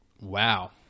Wow